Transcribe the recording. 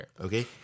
Okay